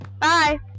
Bye